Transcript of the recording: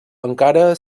encara